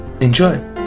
enjoy